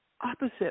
opposite